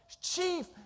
chief